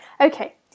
Okay